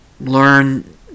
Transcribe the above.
learn